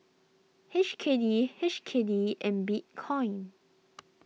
H K D H K D and Bitcoin